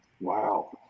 Wow